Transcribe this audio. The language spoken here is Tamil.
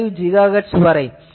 5 GHz வரை ஆகும்